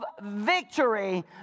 victory